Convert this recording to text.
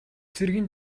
цэргийн